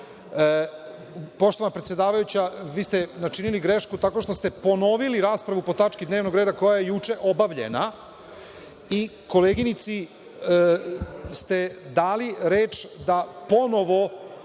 minuta. Poštovana predsedavajuća, vi ste načinili grešku tako što ste ponovili raspravu po tački dnevnog reda koja je juče obavljena i koleginici ste dali reč da ponovo